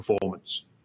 performance